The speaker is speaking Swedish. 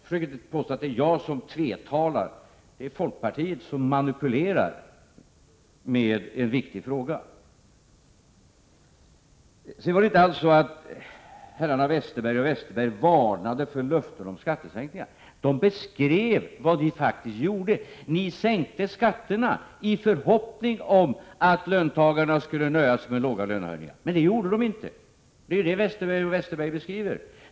Försök inte påstå att det är jag som tvetalar. Det är folkpartiet som manipulerar med en viktig fråga. Sedan var det inte alls så, att herrarna Westerberg och Westerberg varnade för löften om skattesänkningar. De beskrev vad ni faktiskt gjorde. Ni sänkte skatterna i förhoppning om att löntagarna skulle nöja sig med låga lönehöjningar. Men det gjorde de inte. Det är ju det som Westerberg och Westerberg beskriver.